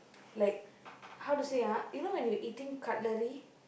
like how to say ah you know when you eating cutlery